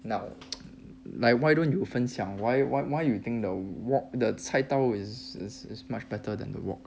now like why don't you 分享 why why why you think the wok the 菜刀 is is is much better than the wok